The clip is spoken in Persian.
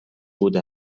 بوده